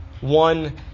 one